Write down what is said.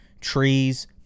trees